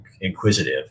inquisitive